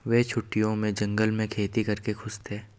वे छुट्टियों में जंगल में खेती करके खुश थे